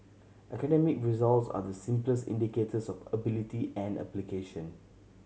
academic results are the simplest indicators of ability and application